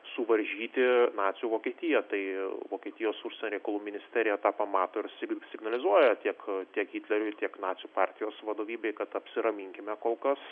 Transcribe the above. suvaržyti nacių vokietiją tai vokietijos užsienio reikalų ministerija tą pamato ir signalizuoja tiek tiek hitleriui tiek nacių partijos vadovybei kad apsiraminkime kol kas